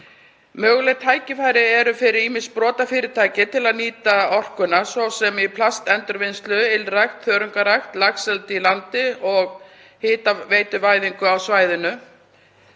Möguleg tækifæri eru fyrir ýmis sprotafyrirtæki til að nýta orkuna, svo sem í plastendurvinnslu, ylrækt, þörungaræktun, laxeldi á landi og hitaveituvæðingu á svæðinu.